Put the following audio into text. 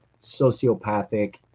sociopathic